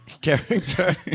Character